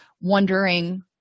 wondering